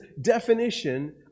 definition